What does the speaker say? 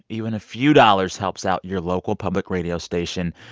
even a few dollars helps out your local public radio station,